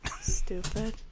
Stupid